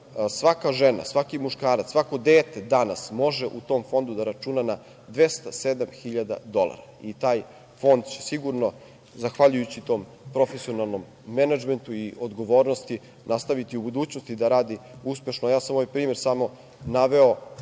svaka žena, svaki muškarac, svako dete danas može u tom fondu da računa na 207 hiljada dolara, i taj fond će sigurno, zahvaljujući tom profesionalnom menadžmentu i odgovornosti nastaviti u budućnosti da radi uspešno. Ja sam ovaj primer samo naveo